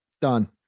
Done